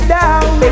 down